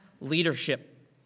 leadership